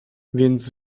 więc